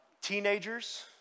Teenagers